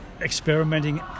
experimenting